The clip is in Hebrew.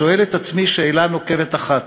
שואל את עצמי שאלה נוקבת אחת: